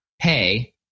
pay